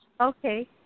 Okay